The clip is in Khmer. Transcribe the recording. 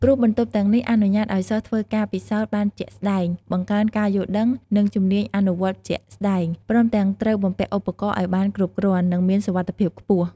ព្រោះបន្ទប់ទាំងនេះអនុញ្ញាតឲ្យសិស្សធ្វើការពិសោធន៍បានជាក់ស្ដែង បង្កើនការយល់ដឹង និងជំនាញអនុវត្តជាក់ស្តែង ព្រមទាំងត្រូវបំពាក់ឧបករណ៍ឲ្យបានគ្រប់គ្រាន់ និងមានសុវត្ថិភាពខ្ពស់។"